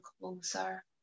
closer